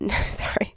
sorry